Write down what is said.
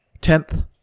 tenth